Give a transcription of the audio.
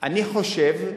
אני חושב,